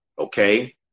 Okay